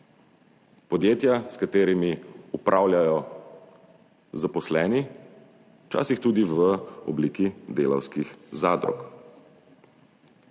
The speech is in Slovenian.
Podjetja, s katerimi upravljajo zaposleni, včasih tudi v obliki delavskih zadrug.